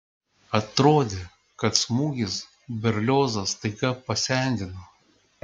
atrodė kad smūgis berliozą staiga pasendino